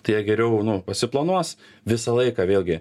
tai jie geriau nu pasiplanuos visą laiką vėlgi